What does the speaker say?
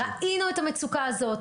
ראינו את המצוקה הזאת.